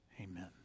Amen